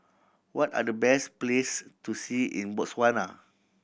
what are the best place to see in Botswana